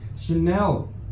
Chanel